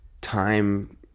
time